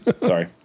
Sorry